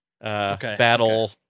battle